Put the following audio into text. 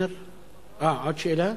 עוד שאלה?